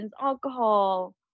alcohol